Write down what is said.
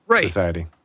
society